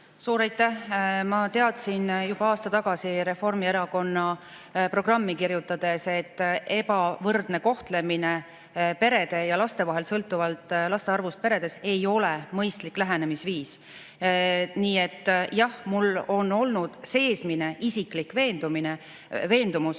Suur aitäh! Ma teadsin juba aasta tagasi Reformierakonna programmi kirjutades, et perede ja laste ebavõrdne kohtlemine sõltuvalt laste arvust peredes ei ole mõistlik lähenemisviis. Nii et jah, mul on olnud seesmine isiklik veendumus,